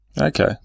Okay